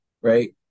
right